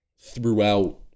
throughout